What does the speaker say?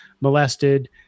molested